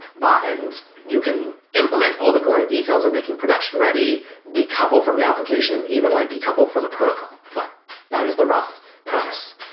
but and you can implement all the gory details in making production ready decouple from the application, even like decouple decouple from the protocol, but that is the rough premise.